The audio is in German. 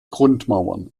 grundmauern